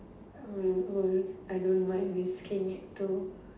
um ஒரு:oru I don't mind risking it to